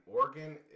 Oregon